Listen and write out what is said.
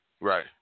Right